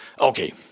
Okay